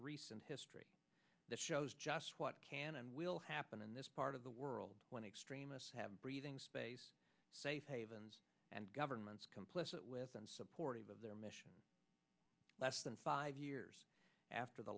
recent history that shows just what can and will happen in this part of the world when extremists have breathing space safe havens and governments complicit with and supportive of their mission less than five years after the